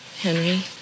Henry